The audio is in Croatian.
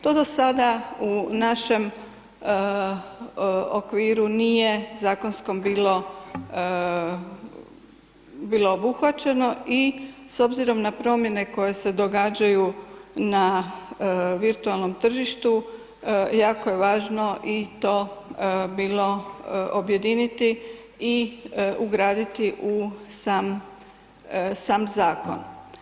To do sada u našem okviru nije zakonskom bilo, bilo obuhvaćeno i s obzirom na promjene koje se događaju na virtualnom tržištu jako je važno i to bilo objediniti i ugraditi u sam zakon.